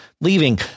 leaving